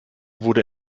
wurde